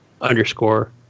underscore